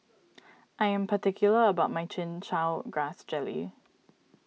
I am particular about my Chin Chow Grass Jelly